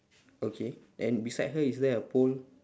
okay and beside her is there a pole